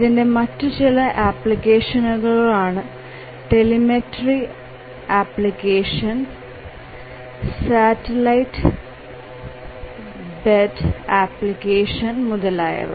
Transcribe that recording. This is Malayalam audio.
ഇതിന്റെ മറ്റു ചില ആപ്ലിക്കേഷനുകളാണ് telemetry application satellite based application മുതലായവ